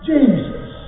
Jesus